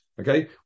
Okay